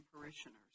parishioners